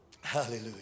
Hallelujah